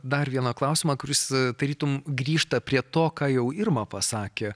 dar vieną klausimą kuris tarytum grįžta prie to ką jau irma pasakė